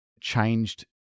changed